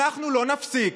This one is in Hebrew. אנחנו לא נפסיק,